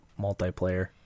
multiplayer